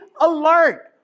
alert